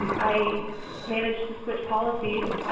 um i managed to switch policies,